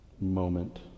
moment